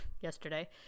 yesterday